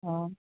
હા